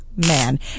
Man